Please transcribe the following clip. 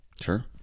Sure